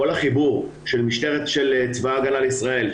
כל החיבור של צבא ההגנה לישראל,